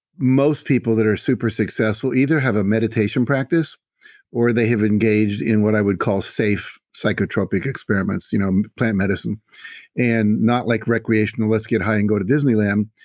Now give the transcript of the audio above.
most people that are super successful either have a meditation practice or they have engaged in what i would call safe psychotropic experiments, you know plant medicine and not like recreational, let's get high and go to disneyland,